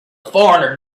foreigner